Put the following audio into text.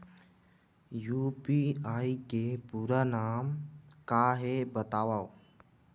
UPI के पूरा नाम का हे बतावव?